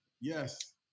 yes